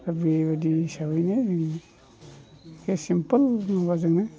बे बायदि हिसाबैनो एखे सिमफोल माबाजोंनो